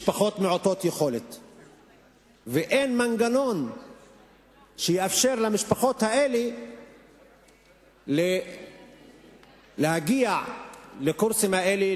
ואין מנגנון שיאפשר למשפחות מעוטות יכולת להגיע לקורסים האלה,